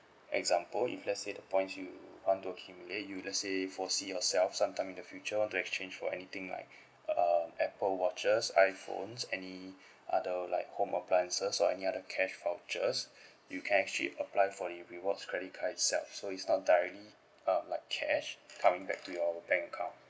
example if let's say the points you want to accumulate you let's say foresee yourself sometime in the future want to exchange for anything like uh um apple watches iphones any other like home appliances or any other cash vouchers you can actually apply for a rewards credit card itself so it's not directly um like cash coming back to your bank account